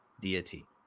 deity